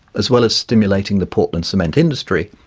as well as stimulating the portland cement industry,